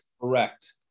Correct